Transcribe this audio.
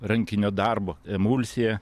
rankinio darbo emulsija